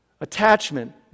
attachment